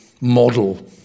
model